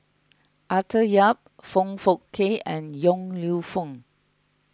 Arthur Yap Foong Fook Kay and Yong Lew Foong